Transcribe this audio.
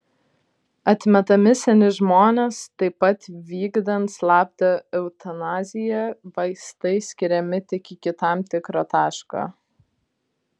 atmetami seni žmonės taip pat vykdant slaptą eutanaziją vaistai skiriami tik iki tam tikro taško